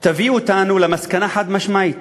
תביא אותנו למסקנה חד-משמעית